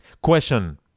Question